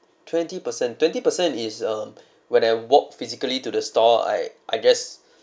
twenty percent twenty percent is um when I walk physically to the store I I guess